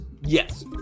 Yes